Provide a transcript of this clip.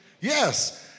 yes